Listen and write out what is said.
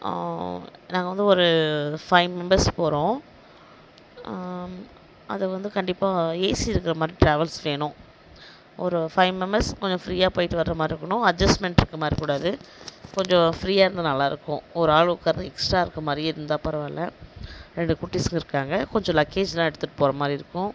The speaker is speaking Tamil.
நாங்கள் வந்து ஒரு ஃபை மெம்பர்ஸ் போகிறோம் அதில் வந்து கண்டிப்பாக ஏசி இருக்கிற மாதிரி டிராவல்ஸ் வேணும் ஒரு ஃபை மெம்பர்ஸ் கொஞ்சம் ஃபிரீயாக போய்ட்டு வர மாதிரி இருக்கணும் அட்ஜஸ்ட்மென்ட் இருக்கிற மாதிரி கூடாது கொஞ்சம் ஃபிரீயாக இருந்தால் நல்லாருக்கும் ஒரு ஆள் உட்கார எக்ஸ்ட்ராக இருக்கற மாதிரி இருந்தால் பரவாயில்லை ரெண்டு குட்டீஸும் இருக்காங்க கொஞ்சம் லக்கேஜ்லாம் எடுத்துகிட்டு போகிற மாதிரி இருக்கும்